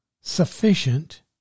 sufficient